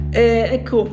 ecco